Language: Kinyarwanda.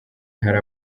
hari